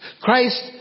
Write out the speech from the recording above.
Christ